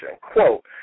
Quote